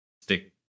stick